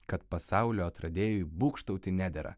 kad pasaulio atradėjui būgštauti nedera